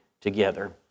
together